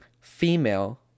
female